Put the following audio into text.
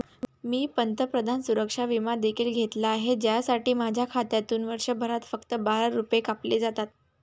मी पंतप्रधान सुरक्षा विमा देखील घेतला आहे, ज्यासाठी माझ्या खात्यातून वर्षभरात फक्त बारा रुपये कापले जातात